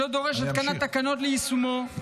שלא דורש התקנת תקנות ליישומו,